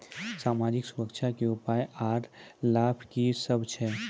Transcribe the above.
समाजिक सुरक्षा के उपाय आर लाभ की सभ छै?